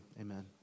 amen